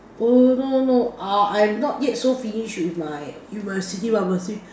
oh no no uh I'm not yet so finished with my with my city pharmacy